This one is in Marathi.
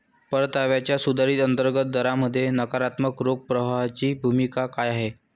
परताव्याच्या सुधारित अंतर्गत दरामध्ये नकारात्मक रोख प्रवाहाची भूमिका काय आहे?